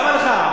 למה לך?